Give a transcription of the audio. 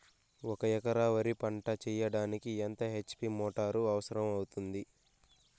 ఒక ఎకరా వరి పంట చెయ్యడానికి ఎంత హెచ్.పి మోటారు అవసరం అవుతుంది?